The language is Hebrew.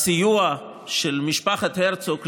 בסיוע של משפחת הרצוג,